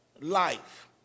life